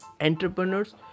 entrepreneurs